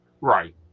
Right